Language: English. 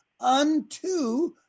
Unto